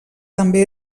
també